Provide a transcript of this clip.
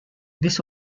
this